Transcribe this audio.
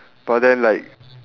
but then like